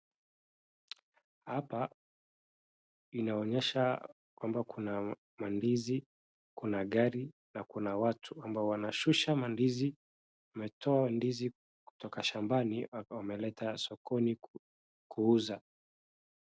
Hapa inaonyesha kwamba kuna mandizi, kuna gari kuna watu ambao wanashusha mandizi, wametoa ndizi kutoka shambani wameleta sokoni kuuza.